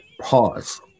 Pause